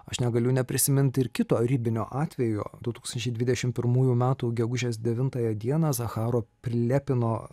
aš negaliu neprisimint ir kito ribinio atvejo du tūkstančiai dvidešimt pirmųjų metų gegužės devintąją dieną zacharo plepino